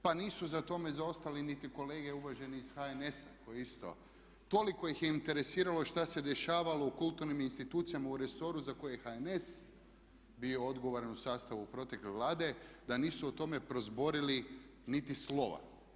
Pa nisu za tome izostali niti kolege uvaženi iz HNS-a koji isto, toliko ih je interesiralo što se dešavalo u kulturnim institucijama u resoru za koji je HNS bio odgovoran u sastavu protekle Vlade da nisu o tome prozborili niti slova.